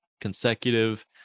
consecutive